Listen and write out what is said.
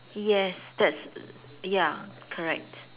yes that's ya correct